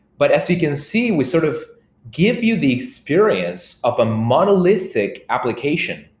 but as we can see, we sort of give you the experience of a monolithic application.